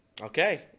Okay